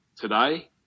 today